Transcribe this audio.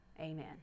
Amen